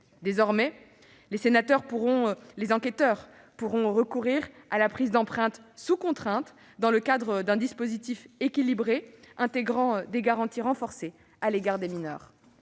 Désormais, les enquêteurs pourront recourir à la prise d'empreinte sous contrainte dans le cadre d'un dispositif équilibré intégrant des garanties renforcées à l'égard des mineurs.